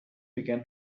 began